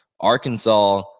Arkansas